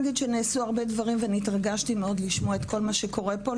נעשו הרבה דברים והתרגשתי מאד לשמוע את כל מה שקורה פה.